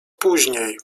później